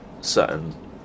certain